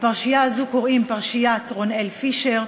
לפרשייה הזאת קוראים פרשיית רונאל פישר,